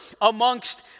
amongst